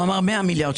הוא אמר 100 מיליארד.